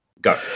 Go